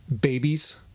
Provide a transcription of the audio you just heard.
babies